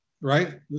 right